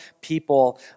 people